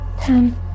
Ten